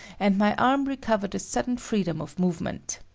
and my arm recovered a sudden freedom of movement.